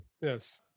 yes